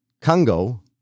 Congo